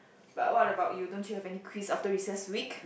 but what about you don't you have any quiz after recess week